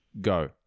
go